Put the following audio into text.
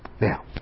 now